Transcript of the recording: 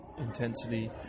intensity